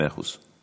מאה אחוז.